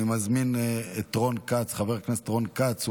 אני מזמין את חבר הכנסת רון כץ.